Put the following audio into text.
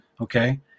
Okay